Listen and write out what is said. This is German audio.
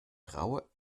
traue